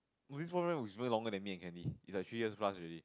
it's way longer than me and Candy it's like three years plus already